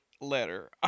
letter